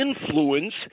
influence